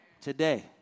Today